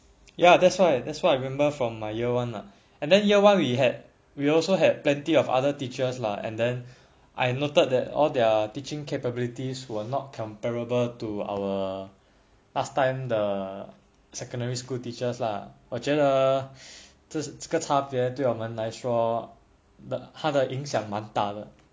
ya that's why that's what I remember from my year one lah and then year one we had we also have plenty of other teachers lah and then I noted that all their teaching capabilities were not comparable to our last time the secondary school teachers lah 我觉得这是这个差别对我们来说的影响蛮大的